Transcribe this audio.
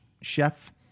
chef